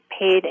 paid